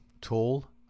tall